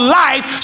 life